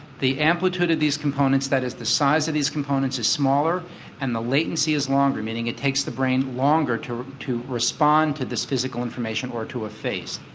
the amplitude of these components that is the size of these components is smaller and the latency is longer, meaning it takes the brain longer to to respond to this physical information or to a face.